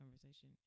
conversation